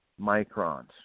microns